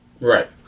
Right